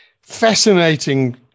fascinating